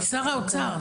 משר האוצר?